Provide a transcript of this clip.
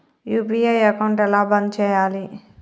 UPI account ఎలా బంద్ చేయాలి?